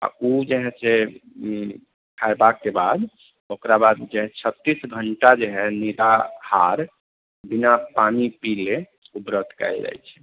आ ओ जे है से खएबाके बाद ओकरा बाद जे है छत्तीस घण्टा जे है निराहार बिना पानि पिले ओ व्रत कएल जाइत छै